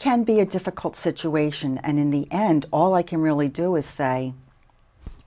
can be a difficult situation and in the end all i can really do is say